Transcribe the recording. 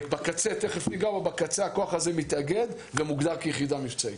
בקצה הכוח הזה מתאגד ומוגדר כיחידה מבצעית.